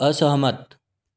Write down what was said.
असहमत